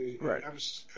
Right